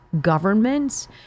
governments